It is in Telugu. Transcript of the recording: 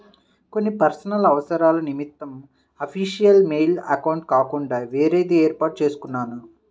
కొన్ని పర్సనల్ అవసరాల నిమిత్తం అఫీషియల్ మెయిల్ అకౌంట్ కాకుండా వేరేది వేర్పాటు చేసుకున్నాను